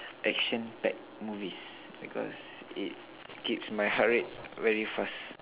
action packed movies because it keeps my heart rate very fast